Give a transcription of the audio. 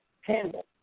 handle